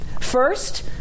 First